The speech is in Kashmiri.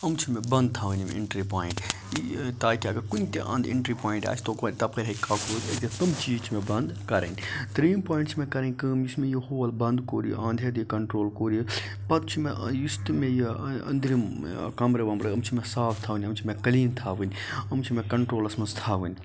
یِم چھِ مےٚ بَنٛد تھاوٕنۍ یِم اِنٹری پویِنٹ تاکہِ اَگَر کُنہِ تہِ اِنٹری پویِنٹس آسہِ تَپٲرۍ ہیٚکہِ کوکروج أژِتھ تِم چیٖز چھِ مےٚ بند کَرٕنۍ تریٚیِم پویِنٛٹ چھِ مےٚ کَرٕنۍ کٲم یُس مےٚ یہِ ہول بَنٛد کوٚر اَند ہیٚتھ ییٚلہِ کَنٹرول کوٚر َتہٕ چھُ مےٚ یُس تہِ مےٚ یہِ أندرِم کَمرٕ وَمرٕ یِم چھِ مےٚ صاف تھاوٕنۍ یِم چھ مےٚ کلیٖن تھاوٕنۍ یِم چھِ مےٚ کنٹرولَس مَنٛز تھاوٕنۍ